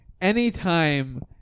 anytime